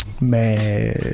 mais